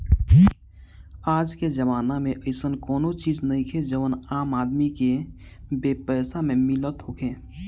आजके जमाना में अइसन कवनो चीज नइखे जवन आम आदमी के बेपैसा में मिलत होखे